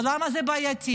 ולמה זה בעייתי.